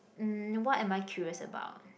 mm what am I curious about